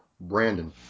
Brandon